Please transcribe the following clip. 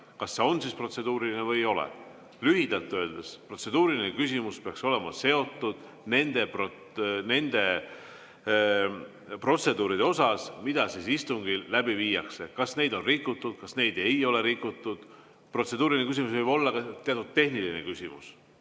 kas see on siis protseduuriline või ei ole. Lühidalt öeldes, protseduuriline küsimus peaks olema seotud nende protseduuridega, mida istungil läbi viiakse: kas neid on rikutud, kas neid ei ole rikutud. Protseduuriline küsimus võib olla ka teatud tehniline küsimus,